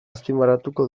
azpimarratuko